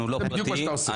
זה בדיוק מה שאתה עושה, כן.